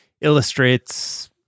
illustrates